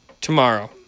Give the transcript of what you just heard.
tomorrow